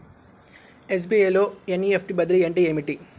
SBI లో NEFT బదిలీ అంటే ఏమిటి?